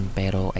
pero